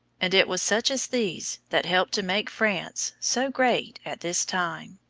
and it was such as these that helped to make france so great at this time.